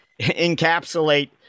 encapsulate